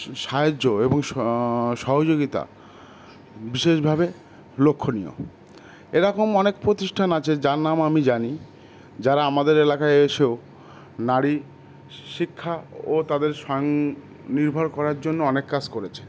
সাহায্য এবং সহযোগিতা বিশেষভাবে লক্ষণীয় এরকম অনেক প্রতিষ্ঠান আছে যার নাম আমি জানি যারা আমাদের এলাকায় এসেও নারী শিক্ষা ও তাদের স্বাং নির্ভর করার জন্য অনেক কাজ করেছে